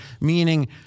Meaning